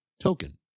token